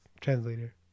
Translator